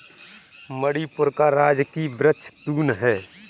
मणिपुर का राजकीय वृक्ष तून है